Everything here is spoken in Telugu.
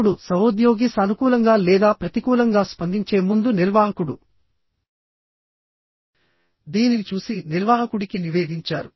ఇప్పుడు సహోద్యోగి సానుకూలంగా లేదా ప్రతికూలంగా స్పందించే ముందు నిర్వాహకుడు దీనిని చూసి నిర్వాహకుడికి నివేదించారు